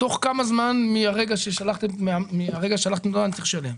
תוך כמה זמן מרגע ששלחתם לי את ההודעה אני צריך לשלם?